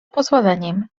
pozwoleniem